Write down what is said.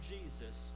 Jesus